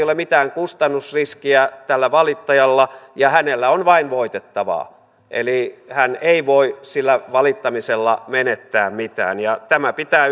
ole mitään kustannusriskiä tällä valittajalla ja hänellä on vain voitettavaa eli hän ei voi sillä valittamisella menettää mitään tämä pitää